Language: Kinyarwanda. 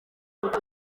nyuma